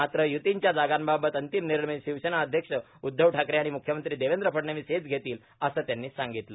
मात्र य्तीच्या जागांबाबत अंतिम निर्णय शिवसेना अध्यक्ष उद्धव ठाकरे आणि मुख्यमंत्री देवेंद्र फडणवीस हेच घेतील असं त्यांनी सांगितलं